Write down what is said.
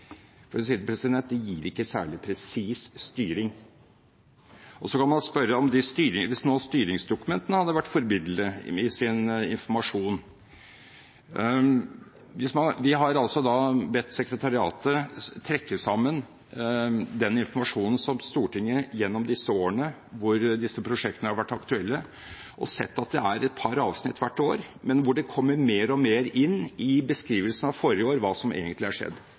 Det gir ikke særlig presis styring. Man kan spørre om hva hvis styringsdokumentene hadde vært forbilledlige i sin informasjon. De har altså bedt sekretariatet trekke sammen den informasjonen som Stortinget har fått gjennom disse årene hvor disse prosjektene har vært aktuelle, og vi ser at det er et par avsnitt hvert år, men det kommer mer og mer inn i beskrivelsen av forrige år hva som egentlig har skjedd.